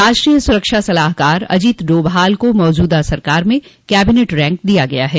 राष्ट्रीय सुरक्षा सलाहकार अजीत डोभाल को मौजूदा सरकार में कैबिनेट रैंक दिया गया है